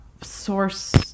source